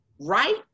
right